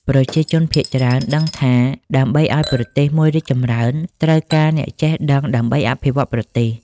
ប្រជាជនភាគច្រើនដឹងថាដើម្បីអោយប្រទេសមួយរីកចម្រើន ត្រូវការអ្នកចេះដឹងដើម្បីអភិវឌ្ឍន៍ប្រទេស ។